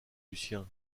lucien